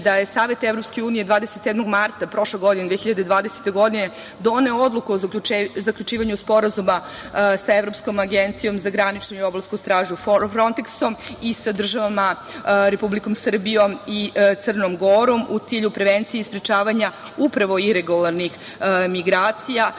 da je Savet EU 27. marta prošle 2020. godine doneo Odluku o zaključivanju Sporazuma sa Evropskom agencijom za graničnu i obalsku stražu - Fronteksom i sa državama Republikom Srbijom i Crnom Gorom u cilju prevencije i sprečavanja iregularnih migracija.